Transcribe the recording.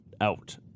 out